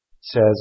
says